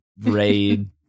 raid